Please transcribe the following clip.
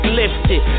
lifted